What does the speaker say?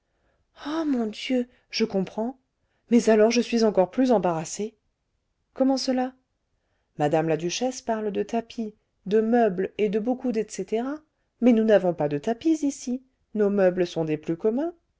ah mon dieu je comprends mais alors je suis encore plus embarrassée comment cela mme la duchesse parle de tapis de meubles et de beaucoup d'et cætera mais nous n'avons pas de tapis ici nos meubles sont des plus communs